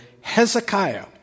Hezekiah